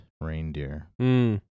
reindeer